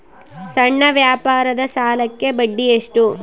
ಸಣ್ಣ ವ್ಯಾಪಾರದ ಸಾಲಕ್ಕೆ ಬಡ್ಡಿ ಎಷ್ಟು?